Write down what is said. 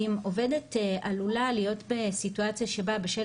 ואם עובדת עלולה להיות בסיטואציה שבה בשל